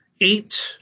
eight